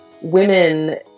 women